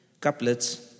couplets